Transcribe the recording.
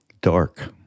dark